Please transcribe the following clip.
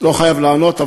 לא חייב לענות,